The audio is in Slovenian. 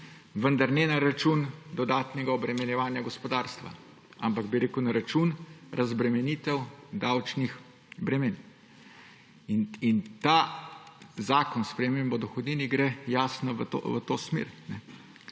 vendar ne na račun dodatnega obremenjevanja gospodarstva, ampak na račun razbremenitev davčnih bremen. Ta zakon, sprememba Zakona o dohodnini gre jasno v to smer.